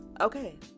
okay